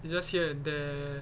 it's just here and there